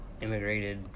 Immigrated